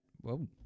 Whoa